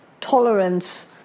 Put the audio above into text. tolerance